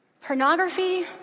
Pornography